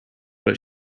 but